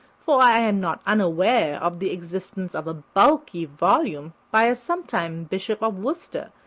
for i am not unaware of the existence of a bulky volume by a sometime bishop of worcester,